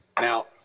Now